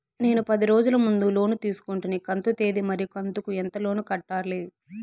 నేను పది రోజుల ముందు లోను తీసుకొంటిని కంతు తేది మరియు కంతు కు ఎంత లోను కట్టాలి?